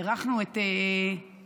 אירחנו את פורום,